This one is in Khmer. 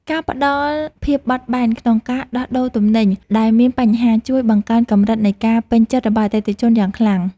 ការផ្តល់ភាពបត់បែនក្នុងការដោះដូរទំនិញដែលមានបញ្ហាជួយបង្កើនកម្រិតនៃការពេញចិត្តរបស់អតិថិជនយ៉ាងខ្លាំង។